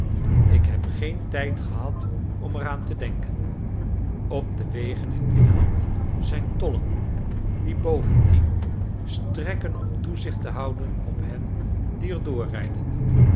ik heb geen tijd gehad om eraan te denken op de wegen in engeland zijn tollen die bovendien strekken om toezicht te houden op hen die er doorrijden